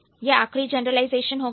यह आखरी जनरलाइजेशन होगा